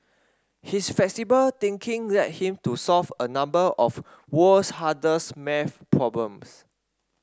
his flexible thinking led him to solve a number of the world's hardest maths problems